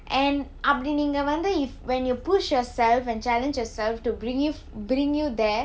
and அப்படி நீங்க வந்து:appadi neenga vanthu if when you push yourself and challenge yourself to bring you bring you there